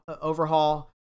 overhaul